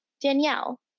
Danielle